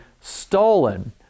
stolen